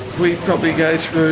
we probably go through